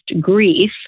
grief